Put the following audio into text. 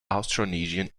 austronesian